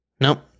Nope